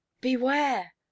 beware